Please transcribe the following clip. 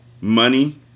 money